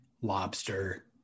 lobster